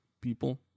people